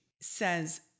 says